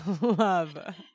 love